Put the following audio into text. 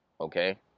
okay